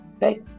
right